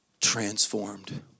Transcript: transformed